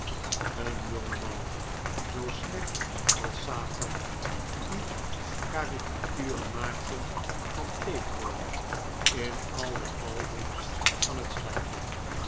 een jongeman zoo slecht als satan die caricaturen maakte van tapeworm in al de albums van het stadje